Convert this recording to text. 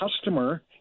customer